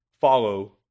follow